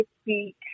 speak